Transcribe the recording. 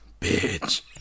Bitch